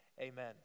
Amen